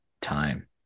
time